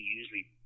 usually